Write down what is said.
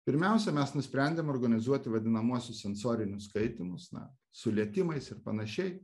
pirmiausia mes nusprendėm organizuoti vadinamuosius sensorinius skaitymus na su lietimais ir panašiai